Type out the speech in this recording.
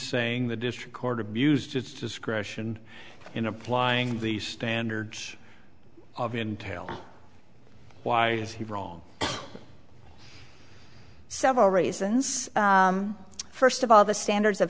saying the district court abused its discretion in applying the standards of the entail why is he wrong several reasons first of all the standards of